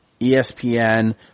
ESPN